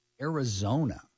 Arizona